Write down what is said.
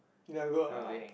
never ah